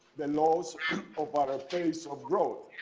the loss of our face of growth.